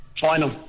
Final